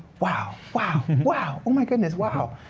wow, wow, wow. oh my goodness, wow.